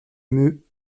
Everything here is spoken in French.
meut